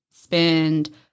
spend